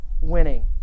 winning